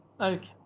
Okay